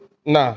Nah